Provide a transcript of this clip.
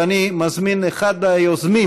ואני מזמין את אחד היוזמים,